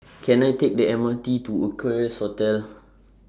Can I Take The M R T to Equarius Hotel